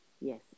yes